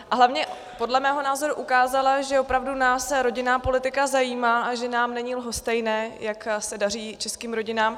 A hlavně podle mého názoru ukázala, že opravdu nás rodinná politika zajímá a že nám není lhostejné, jak se daří českým rodinám.